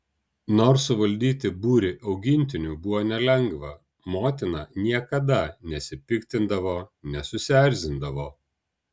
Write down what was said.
nors suvaldyti būrį augintinių buvo nelengva motina niekada nesipiktindavo nesusierzindavo